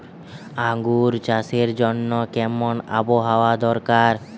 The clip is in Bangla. আঙ্গুর চাষের জন্য কেমন আবহাওয়া দরকার?